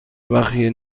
بخیه